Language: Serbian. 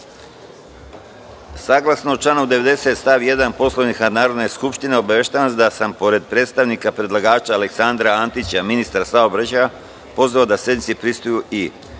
Batić. Saglasno članu 90. stav 1. Poslovnika Narodne skupštine, obaveštavam vas da sam, pored predstavnika predlagača Aleksandra Antića, ministra saobraćaja, pozvao da sednici prisustvuju i